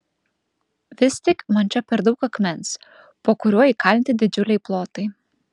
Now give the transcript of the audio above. vis tik man čia per daug akmens po kuriuo įkalinti didžiuliai plotai